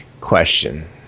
question